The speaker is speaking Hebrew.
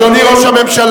אני קובע שגם הצעה זו,